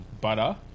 Butter